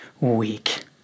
week